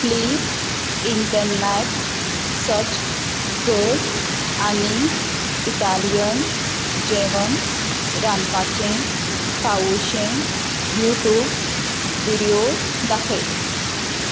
please internet search कर आनी Italian जेवण रांदपाचें फावुशें यू ट्यूब विडिओ दाखय